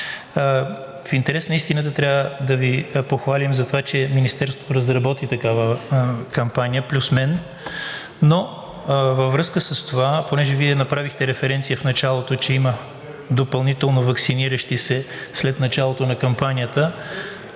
В интерес на истината трябва да Ви похвалим за това, че Министерството разработи такава кампания „Плюс мен“. Във връзка с това, понеже Вие направихте референция в началото, че има допълнително ваксиниращи се след началото на кампанията